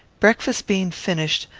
breakfast being finished,